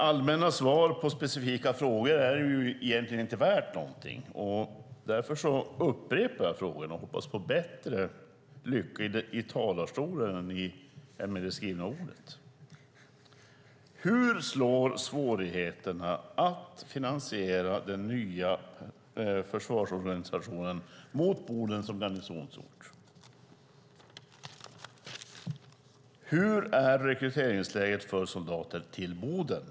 Allmänna svar på specifika frågor är egentligen inte värda något. Därför upprepar jag frågorna och hoppas på bättre lycka i talarstolen än i skrift. Hur slår svårigheterna att finansiera den nya försvarsorganisationen mot Boden som garnisonsort? Hur är rekryteringsläget för soldater till Boden?